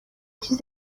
چیز